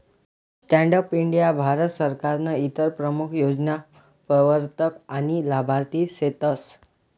stand up India Bharat सरकारनं इतर प्रमूख योजना प्रवरतक आनी लाभार्थी सेतस